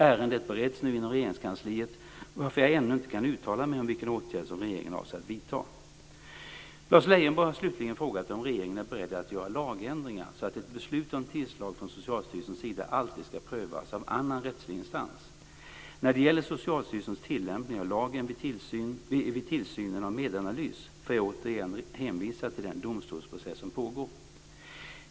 Ärendet bereds nu inom Regeringskansliet, varför jag ännu inte kan uttala mig om vilka åtgärder som regeringen avser att vidta. Lars Leijonborg har slutligen frågat om regeringen är beredd att göra lagändringar så att ett beslut om tillslag från Socialstyrelsens sida alltid ska prövas av annan rättslig instans. När det gäller Socialstyrelsens tillämpning av lagen vid tillsynen av Medanalys får jag återigen hänvisa till den domstolsprocess som pågår.